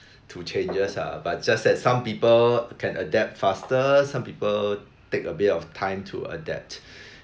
to changes lah but just that some people can adapt faster some people take a bit of time to adapt